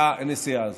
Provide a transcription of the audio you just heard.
בנסיעה הזאת.